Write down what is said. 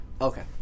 Okay